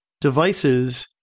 devices